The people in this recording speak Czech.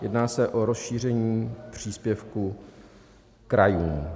Jedná se o rozšíření příspěvku krajům.